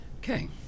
Okay